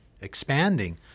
expanding